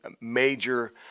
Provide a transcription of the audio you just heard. major